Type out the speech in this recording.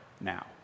now